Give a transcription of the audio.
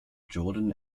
jordan